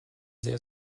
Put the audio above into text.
sehr